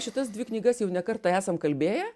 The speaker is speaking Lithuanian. šitas dvi knygas jau ne kartą esam kalbėję